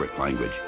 language